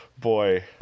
boy